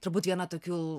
turbūt viena tokių